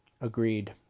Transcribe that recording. agreed